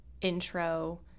intro